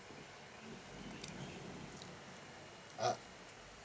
uh